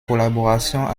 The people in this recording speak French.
collaboration